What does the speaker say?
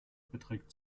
beträgt